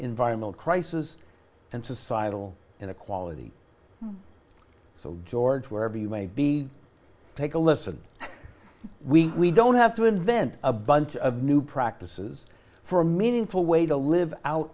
environmental crisis and societal inequality so george wherever you may be take a listen we we don't have to invent a bunch of new practices for a meaningful way to live out